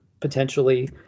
potentially